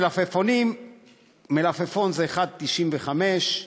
מלפפון זה 1.95,